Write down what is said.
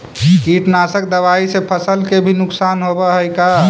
कीटनाशक दबाइ से फसल के भी नुकसान होब हई का?